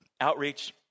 Outreach